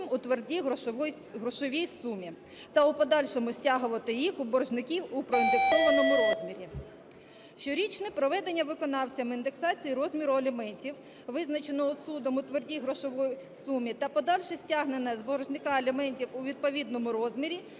у твердій грошовій сумі, та у подальшому стягувати їх у боржників у проіндексованому розмірі. Щорічне проведення виконавцями індексації розміру аліментів, визначеного судом у твердій грошовій сумі, та подальше стягнення з боржника аліментів у відповідному розмірі